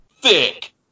Thick